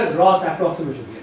and gross approximation,